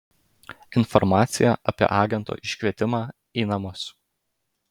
informacija apie agento iškvietimą į namus